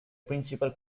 principal